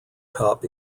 cup